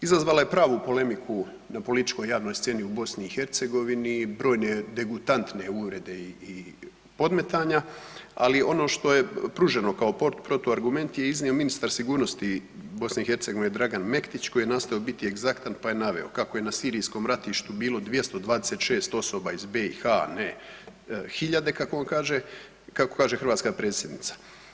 Izazvala je pravu polemiku na političkoj javnoj sceni u BiH-u, brojne degutantne uvrede i podmetanja, ali ono što je pruženo kao protuargument je iznio ministar sigurnosti BiH Dragan Mektić koji je nastojao biti egzaktan pa je naveo, kako je na sirijskom ratištu bilo 226 osoba iz BiH, a ne hiljade, kako on kaže, kako kaže hrvatska predsjednica.